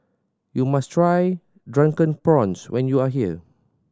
you must try Drunken Prawns when you are here